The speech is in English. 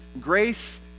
grace